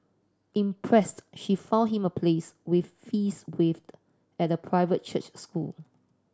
impressed she found him a place with fees waived at a private church school